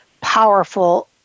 powerful